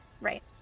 Right